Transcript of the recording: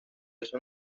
eso